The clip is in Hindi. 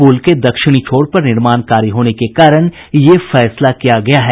पुल के दक्षिणी छोड़ पर निर्माण कार्य होने के कारण यह फैसला किया गया है